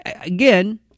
again